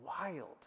wild